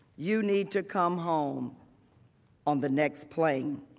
you need to come home on the next plane.